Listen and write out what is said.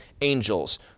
angels